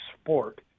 sport